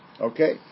Okay